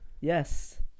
Yes